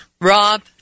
Rob